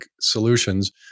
solutions